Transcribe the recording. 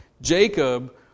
Jacob